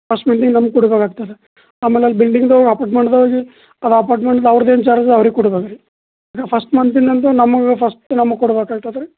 first ನಮ್ಗೆ ಕೊಡ್ಬೇಕಾಗ್ತದೆ ಆಮ್ಯಾಲೆ ಬಿಲ್ಡಿಂಗ್ದು ಅಪಾರ್ಟ್ಮೆಂಟ್ದು ಒಳಗೆ ಅದು ಅಪಾರ್ಟ್ಮೆಂಟ್ದು ಅವ್ರ್ದೆನು ಚಾರ್ಜ್ ಅವ್ರಿಗೆ ಕೊಡ್ಬೇಕು ರೀ ಫಸ್ಟ್ ಮಂತಿಂದು ಅಂತು ನಮ್ಗೆ ಫಸ್ಟ್ ನಮ್ಗೆ ಕೊಡ್ಬೇಕಾಗ್ತದೆ ರೀ